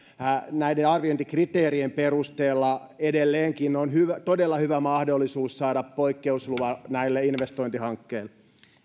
näiden arviointikriteerien perusteella edelleenkin on todella hyvä mahdollisuus saada poikkeuslupa näille investointihankkeille